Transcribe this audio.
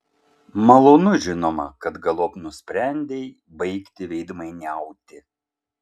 malonu žinoma kad galop nusprendei baigti veidmainiauti